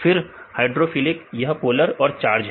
फिर हाइड्रोफिलिक यह पोलर और चार्ज है